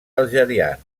algerians